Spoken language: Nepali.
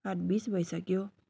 आठ बिस भइसक्यो